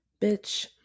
bitch